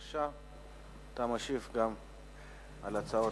בבקשה, אתה משיב גם על ההצעות